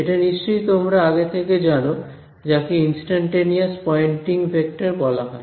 এটা নিশ্চয়ই তোমরা আগে থেকে জানো যাকে ইনস্ট্যান্টএনিয়াস পয়েন্টিং ভেক্টর বলা হয়